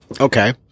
okay